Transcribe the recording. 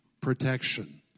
protection